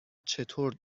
چطور